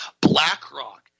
blackrock